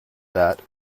that